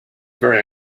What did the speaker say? very